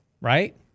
right